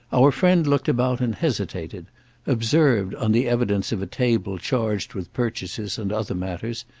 our friend looked about and hesitated observed, on the evidence of a table charged with purchases and other matters,